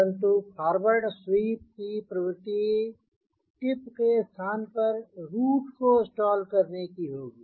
परंतु forward sweep की प्रवृत्ति टिप के स्थान पर रूट को स्टॉल करने की होगी